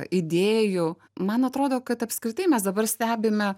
idėjų man atrodo kad apskritai mes dabar stebime